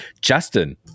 Justin